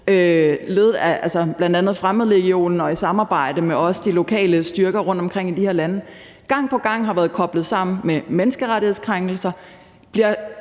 af bl.a. fremmedlegionen og i samarbejde også med de lokale styrker rundtomkring i de her lande, gang på gang har været koblet sammen med menneskerettighedskrænkelser